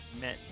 met